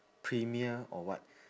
premier or what